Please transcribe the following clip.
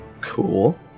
Cool